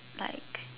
like